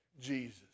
Jesus